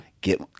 get